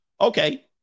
Okay